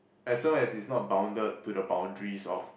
as long as it's not bounded to the boundaries of